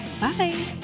Bye